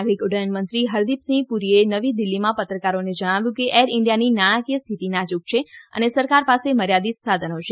નાગરિક ઉડ્ડયન મંત્રી હરદીપસિંઘ પુરીએ નવી દિલ્ફીમાં પત્રકારોને જણાવ્યું કે એર ઇન્ડિયાની નાણાકીય સ્થિતિ નાજુક છે અને સરકાર પાસે મર્યાદીત સાધનો છે